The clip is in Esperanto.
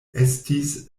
estis